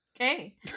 Okay